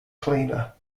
cleaner